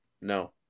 no